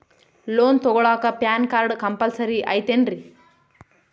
Loan ತೊಗೊಳ್ಳಾಕ PAN card compulsory ಐಯ್ತೇನ್ರಿ?